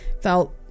felt